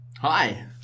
Hi